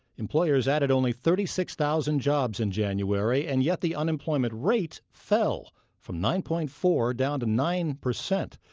employers added only thirty six thousand jobs in january and yet the unemployment rate fell from nine point four down to nine percent.